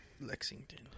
Lexington